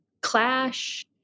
clash